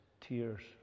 tears